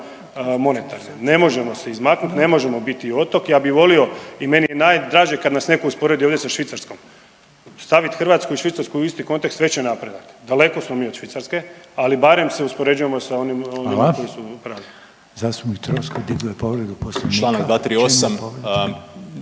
monetarne, ne možemo se izmaknut, ne možemo biti otok. Ja bi volio i meni je najdraže kad nas neko usporedi ovdje sa Švicarskom, stavit Hrvatsku i Švicarsku u isti kontekst već je napredak, daleko smo mi od Švicarske, ali barem se uspoređujemo sa onima, onima koji